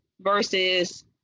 versus